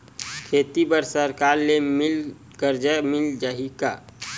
खेती बर सरकार ले मिल कर्जा मिल जाहि का?